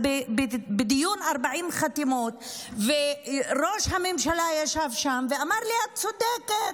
בדיון 40 החתימות וראש הממשלה ישב שם ואמר לי: את צודקת,